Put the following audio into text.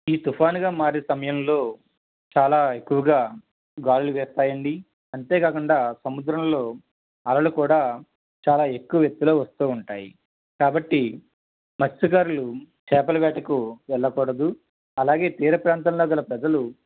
ఈ తుఫాన్గా మారే సమయంలో చాలా ఎక్కువగా గాలులు వీస్తాయండి అంతేకాకుండా సముద్రంలో అలలు కూడా చాలా ఎక్కువ ఎత్తులో వస్తూ ఉంటాయి కాబట్టి మత్స్యకారులు చేపల వేటకు వెళ్లకూడదు అలాగే తీర ప్రాంతంలో గల ప్రజలు